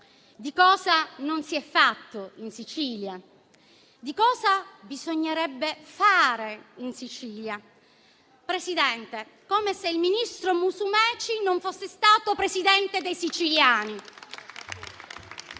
di cosa non si è fatto in Sicilia; di cosa bisognerebbe fare in Sicilia. Signor Presidente, è come se il ministro Musumeci non fosse stato Presidente dei siciliani.